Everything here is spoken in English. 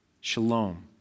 Shalom